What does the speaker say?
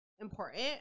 important